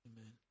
Amen